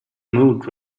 mood